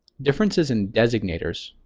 differences in designators,